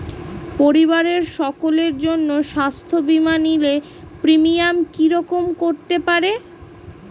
পরিবারের সকলের জন্য স্বাস্থ্য বীমা নিলে প্রিমিয়াম কি রকম করতে পারে?